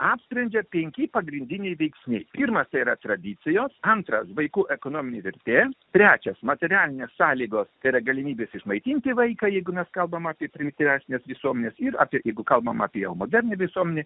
apsprendžia penki pagrindiniai veiksniai firmos yra tradicijos antra vaikų ekonominė vertė trečias materialinės sąlygos yra galimybės išmaitinti vaiką jeigu mes kalbame apie primityvesnes visuomenes ir apie jeigu kalbame apie modernią visuomenę